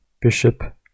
Bishop